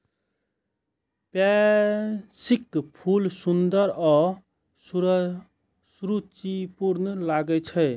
पैंसीक फूल सुंदर आ सुरुचिपूर्ण लागै छै